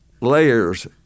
layers